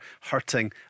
hurting